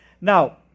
Now